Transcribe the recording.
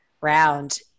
round